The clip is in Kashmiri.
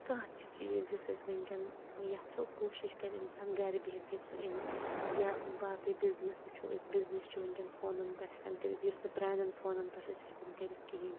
کانٛہہ تہِ چیٖز یُس أسۍ وُنکیٚن یَژھو کوٗشِش کَرِ اِنسان گَرِ بِہِتھ ہیٚکہِ سُہ أنِتھ یا باقٕے بِزنِس وُچھو أسۍ بِزنِس چھُ وُنکیٚن فونَن پیٚٹھ ہیٚکان کٔرِتھ یُس نہٕ پرٛانیٚن فونَن پیٚٹھ ٲسۍ نہٕ ہیٚکان کٔرِتھ کِہیٖنٛۍ